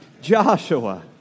Joshua